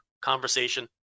conversation